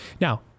Now